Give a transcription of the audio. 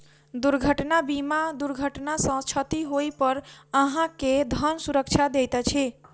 दुर्घटना बीमा दुर्घटना सॅ क्षति होइ पर अहाँ के धन सुरक्षा दैत अछि